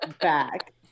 back